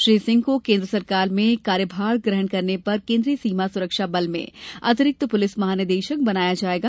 श्री सिंह को केन्द्र सरकार में कार्यभार ग्रहण करने पर केन्दीय सीमा सुरक्षा बल में अतिरिक्त प्रलिस महानिदेशक बनाया जायेगा